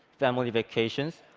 family vacations,